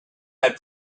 had